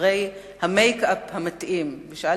אחרי המייק-אפ המתאים בשבילי.